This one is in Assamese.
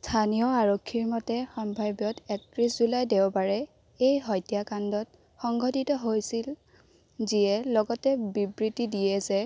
স্থানীয় আৰক্ষীৰ মতে সম্ভাৱ্যত একত্ৰিছ জুলাই দেওবাৰে এই হত্যাকাণ্ডত সংঘটিত হৈছিল যিয়ে লগতে বিবৃতি দিয়ে যে